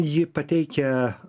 ji pateikia